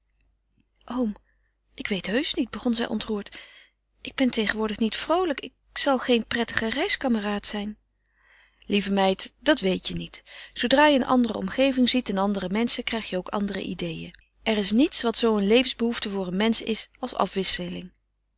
oom ik weet heusch niet begon zij ontroerd ik ben tegenwoordig niet vroolijk ik zal geen prettige reiskameraad zijn lieve meid dat weet je niet zoodra je een andere omgeving ziet en andere menschen krijg je ook andere ideeën er is niets wat zoo een levensbehoefte voor een mensch is als afwisseling